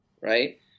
right